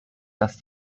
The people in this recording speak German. dass